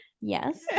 Yes